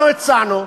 אנחנו הצענו,